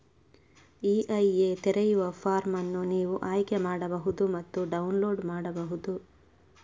EIA ತೆರೆಯುವ form ಅನ್ನು ನೀವು ಆಯ್ಕೆ ಮಾಡಬಹುದು ಮತ್ತು ಡೌನ್ಲೋಡ್ ಮಾಡಬಹುದು